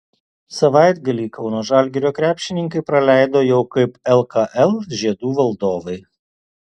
savaitgalį kauno žalgirio krepšininkai praleido jau kaip lkl žiedų valdovai